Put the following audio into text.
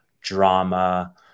drama